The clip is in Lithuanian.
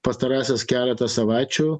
pastarąsias keletą savaičių